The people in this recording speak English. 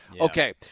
Okay